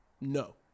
no